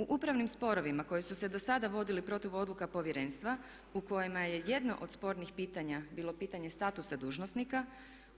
U upravnim sporovima koji su se do sada vodili protiv odluka Povjerenstva u kojima je jedno od spornih pitanja bilo pitanje statusa dužnosnika